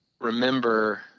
remember